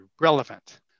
relevant